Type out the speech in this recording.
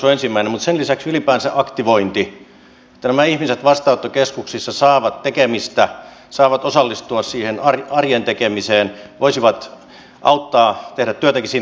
mutta sen lisäksi on ylipäänsä aktivointi se että nämä ihmiset vastaanottokeskuksissa saavat tekemistä saavat osallistua siihen arjen tekemiseen voisivat auttaa tehdä työtäkin siinä lähiympäristössä